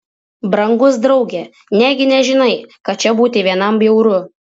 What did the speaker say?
brangus drauge negi nežinai kad čia būti vienam bjauru